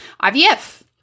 IVF